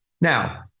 now